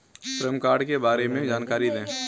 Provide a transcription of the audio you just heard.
श्रम कार्ड के बारे में जानकारी दें?